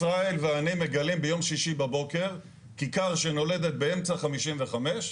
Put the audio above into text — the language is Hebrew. ישראל ואני מגלים ביום שישי בבוקר כיכר שנולדת באמצע 55,